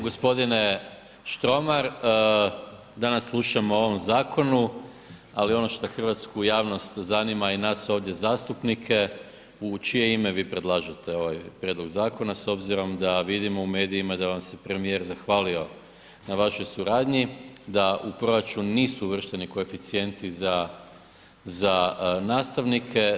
G. Štromar, danas slušamo o ovom zakonu ali ono što hrvatsku javnost zanima i nas ovdje zastupnike u čije ime vi predlažete ovaj prijedlog zakona s obzirom da vidimo u medijima da vam se premijer zahvalio na vašoj suradnji, da u proračun nisu uvršteni koeficijenti za nastavnike.